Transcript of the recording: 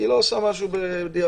כי היא לא עושה משהו בדיעבד,